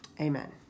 Amen